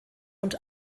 und